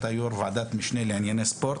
אתה יושב-ראש ועדת המשנה לענייני ספורט,